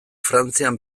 frantzian